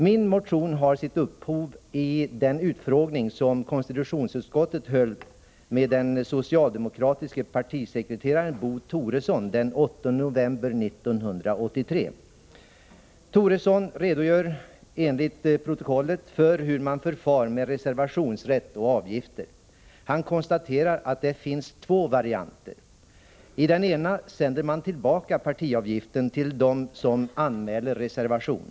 Min motion har sitt upphov i den utfrågning som konstitutionsutskottet gjorde med den socialdemokratiske partisekreteraren Bo Toresson den 8 november 1983. Enligt protokollet redogjorde Bo Toresson för hur man förfar med reservationsrätt och avgifter. Han konstaterade att det finns två varianter. Enligt den ena sänder man tillbaka partiavgiften till dem som anmäler reservation.